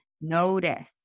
Notice